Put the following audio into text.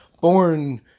born